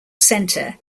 center